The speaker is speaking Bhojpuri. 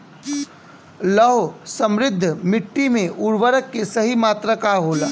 लौह समृद्ध मिट्टी में उर्वरक के सही मात्रा का होला?